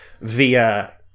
via